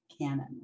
canon